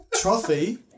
trophy